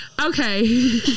Okay